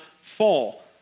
fall